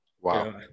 Wow